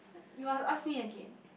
you must ask me again